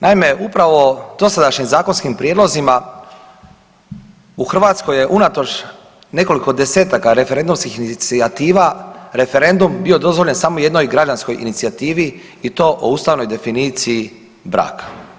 Naime, upravo dosadašnjim zakonskim prijedlozima, u Hrvatskoj je unatoč nekoliko desetaka referendumskih inicijativa, referendum bio dozvoljen samo jednoj građanskoj inicijativi i to o ustavnoj definiciji braka.